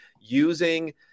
using